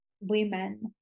women